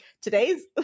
today's